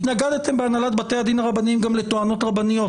התנגדתם בהנהלת בתי הדין הרבניים גם לטוענות רבניות,